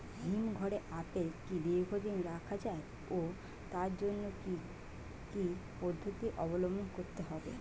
হিমঘরে আপেল কি দীর্ঘদিন রাখা যায় ও তার জন্য কি কি পদ্ধতি অবলম্বন করতে হবে?